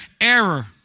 error